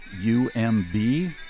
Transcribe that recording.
U-M-B